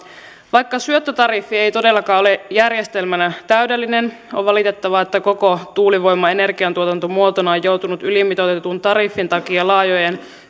vaikka syöttötariffi ei todellakaan ole järjestelmänä täydellinen on valitettavaa että koko tuulivoima energiantuotantomuotona on joutunut ylimitoitetun tariffin takia laajojen